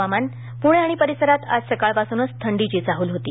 हवामान प्णे आणि परिसरांत आज सकाळपासूनच थंडीची चाहल होती